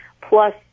Plus